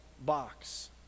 box